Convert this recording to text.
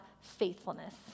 faithfulness